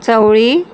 चवळी